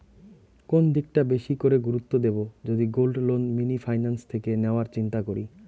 কোন দিকটা বেশি করে গুরুত্ব দেব যদি গোল্ড লোন মিনি ফাইন্যান্স থেকে নেওয়ার চিন্তা করি?